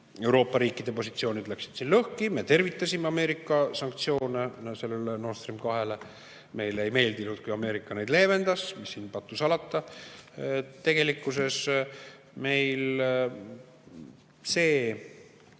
Euroopa riikide positsioonid läksid siin lõhki. Me tervitasime Ameerika sanktsioone Nord Stream 2 vastu. Meile ei meeldinud, kui Ameerika neid leevendas, mis siin pattu salata. Tegelikkuses meil see